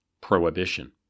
prohibition